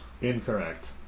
Incorrect